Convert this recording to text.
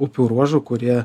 upių ruožų kurie